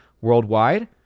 worldwide